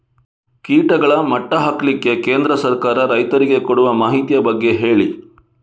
ಕೀಟಗಳ ಮಟ್ಟ ಹಾಕ್ಲಿಕ್ಕೆ ಕೇಂದ್ರ ಸರ್ಕಾರ ರೈತರಿಗೆ ಕೊಡುವ ಮಾಹಿತಿಯ ಬಗ್ಗೆ ಹೇಳಿ